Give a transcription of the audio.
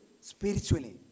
spiritually